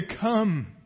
come